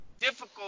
difficult